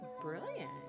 brilliant